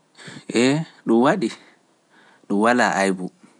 Eey, ɗum waɗii, ɗum walaa aybu.